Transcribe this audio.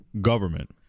government